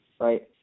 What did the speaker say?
right